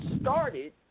started